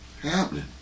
happening